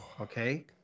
Okay